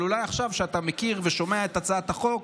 אבל אולי עכשיו, כשאתה מכיר ושומע את הצעת החוק,